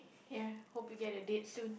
ya hope you get a date soon